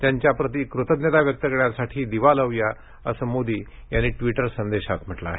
त्यांच्याप्रती कृतज्ञता व्यक्त करण्यासाठी दिवा लावू या असं मोदी यांनी ट्वीटरवर म्हटलं आहे